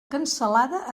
cansalada